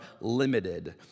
limited